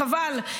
חבל,